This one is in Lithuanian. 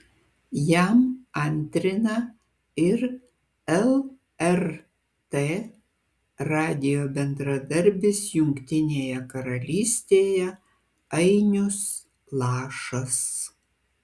jam antrina ir lrt radijo bendradarbis jungtinėje karalystėje ainius lašas